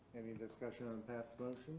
any discussion on pat's but